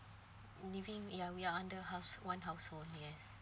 living ya we are under house one household yes